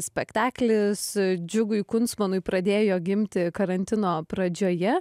spektaklis džiugui kunstmanui pradėjo gimti karantino pradžioje